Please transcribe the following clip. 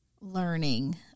learning